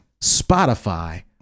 spotify